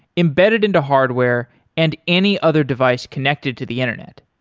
embedded into hardware and any other device connected to the internet.